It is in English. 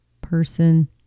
person